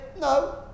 No